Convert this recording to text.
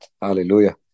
Hallelujah